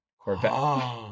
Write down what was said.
Corvette